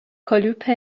کلوپ